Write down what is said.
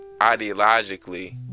ideologically